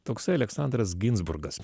toksai aleksandras ginzburgas